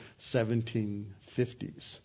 1750s